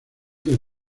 del